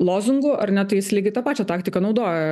lozungu ar ne tai jis lygiai tą pačią taktiką naudojo